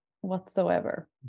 whatsoever